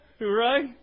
Right